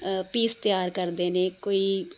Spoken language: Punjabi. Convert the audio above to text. ਪੀਸ ਤਿਆਰ ਕਰਦੇ ਨੇ ਕੋਈ